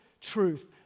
truth